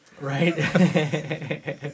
Right